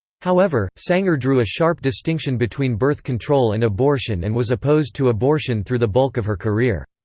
however, sanger drew a sharp distinction between birth control and abortion and was opposed to abortion through the bulk of her career.